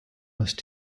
must